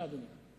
אדוני, תודה.